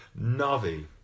Navi